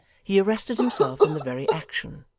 he arrested himself in the very action,